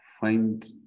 find